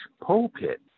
pulpit